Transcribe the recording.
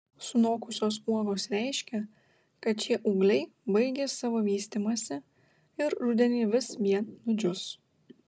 sunokusios uogos reiškia kad šie ūgliai baigė savo vystymąsi ir rudenį vis vien nudžius